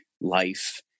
life